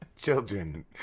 Children